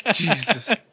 Jesus